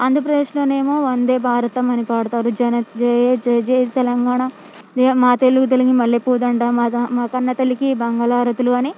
ఆంధ్రప్రదేశ్లో ఏమో వందేభారతం అని పాడతారు జన జయ జయ జయ తెలంగాణా జయ మా తెలుగు తల్లికి మల్లెపూదండ మా క మా కన్నతల్లికి మంగళ హారతులు అని